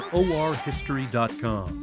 orhistory.com